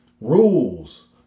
Rules